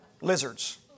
Lizards